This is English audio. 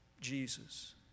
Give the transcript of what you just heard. Jesus